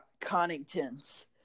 Connington's